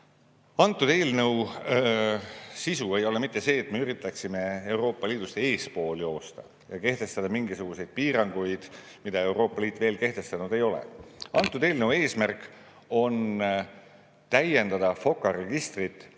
Selle eelnõu sisu ei ole mitte see, et me üritaksime Euroopa Liidust eespool joosta ja kehtestada mingisuguseid piiranguid, mida Euroopa Liit veel kehtestanud ei ole. Eelnõu eesmärk on täiendada FOKA registrit